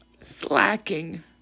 slacking